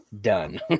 done